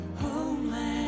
Homeland